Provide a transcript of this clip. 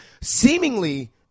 seemingly